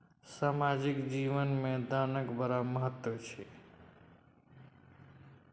सामाजिक जीवन मे दानक बड़ महत्व छै